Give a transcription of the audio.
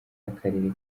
akarere